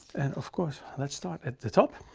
and of course, let's start at the top.